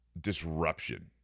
disruption